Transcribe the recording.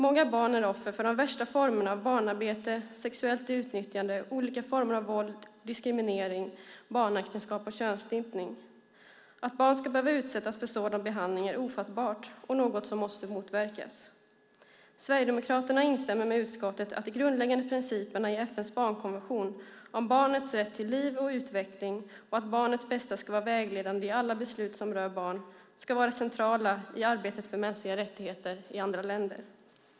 Många barn är offer för de värsta formerna av barnarbete, sexuellt utnyttjande, olika former av våld och diskriminering, barnäktenskap och könsstympning. Att barn ska behöva utsättas för sådan behandling är ofattbart och något som måste motverkas. Sverigedemokraterna instämmer med utskottet att de grundläggande principerna i FN:s barnkonvention om barnets rätt till liv och utveckling och att barnets bästa ska vara vägledande i alla beslut som rör barn ska vara centrala i arbetet för mänskliga rättigheter i andra länder.